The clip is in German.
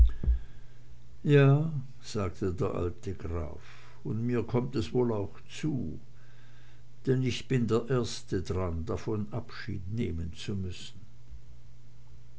ja sagte der alte graf und mir kommt es wohl auch zu denn ich bin der erste dran davon abschied nehmen zu müssen